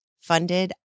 funded